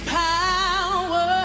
power